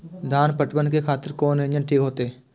धान पटवन के खातिर कोन इंजन ठीक होते?